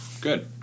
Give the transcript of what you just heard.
good